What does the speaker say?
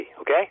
okay